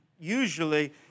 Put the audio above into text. usually